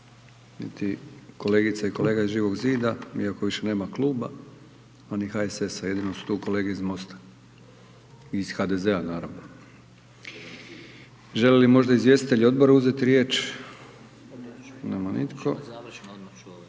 kolegica i kolega iz Živog zida iako više nema kluba, a ni HSS-a, jedino su tu kolege iz MOST-a i iz HDZ-a naravno. Želi li možda izvjestitelj odbora uzeti riječ? Nema nitko.